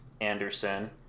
Anderson